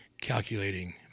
calculating